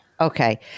Okay